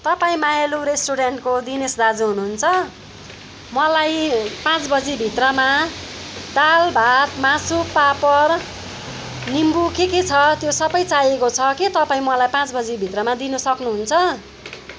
तपाईँ मायालु रेस्टुरेन्टको दिनेश दाजु हुनुहुन्छ मलाई पाँच बजीभित्रमा दाल भात मासु पापड निम्बू के के छ त्यो सबै चाहिएको छ के तपाईँ मलाई पाँच बजी भित्रमा दिनसक्नु हुन्छ भएछ